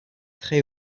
très